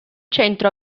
centro